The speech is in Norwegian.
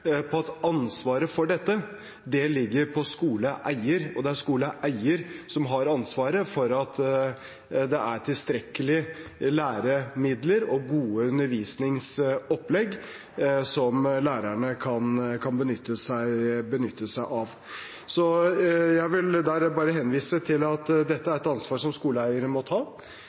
på at ansvaret for dette ligger på skoleeier. Det er skoleeier som har ansvaret for at det er tilstrekkelig med læremidler og gode undervisningsopplegg som lærerne kan benytte seg av. Så jeg vil bare henvise til at dette er et ansvar som skoleeiere må ta,